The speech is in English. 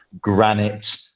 granite